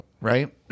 right